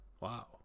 Wow